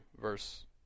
verse